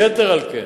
יתר על כן,